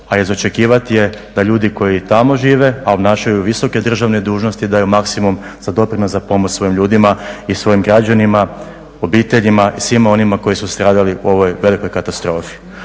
a i za očekivati je da ljudi koji tamo žive, ali obnašaju visoke državne dužnosti daju maksimum za doprinos za pomoć svojim ljudima i svojim građanima, obiteljima i svima onima koji su stradali u ovoj velikoj katastrofi.